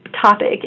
topic